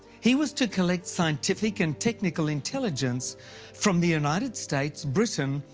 he was to collect scientific and technical intelligence from the united states, britain,